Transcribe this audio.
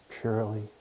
purely